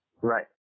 Right